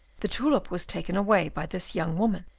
the tulip was taken away by this young woman.